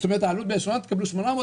תקבלו 800,